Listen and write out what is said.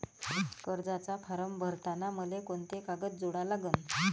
कर्जाचा फारम भरताना मले कोंते कागद जोडा लागन?